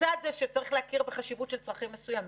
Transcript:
לצד זה שצריך להכיר בחשיבות של צרכים מסוימים,